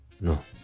No